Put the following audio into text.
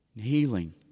healing